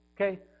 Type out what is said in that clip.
Okay